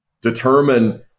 Determine